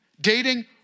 dating